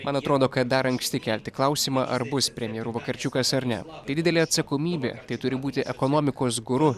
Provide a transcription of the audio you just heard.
man atrodo kad dar anksti kelti klausimą ar bus premjeru vakarčiukas ar ne tai didelė atsakomybė tai turi būti ekonomikos guru